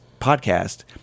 podcast